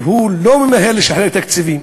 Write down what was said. והוא לא ממהר לשחרר תקציבים.